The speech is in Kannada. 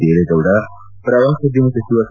ದೇವೇಗೌಡ ಪ್ರವಾಸೋದ್ಯಮ ಸಚಿವ ಸಾ